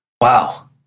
Wow